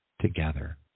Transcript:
together